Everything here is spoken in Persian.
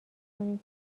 کنیم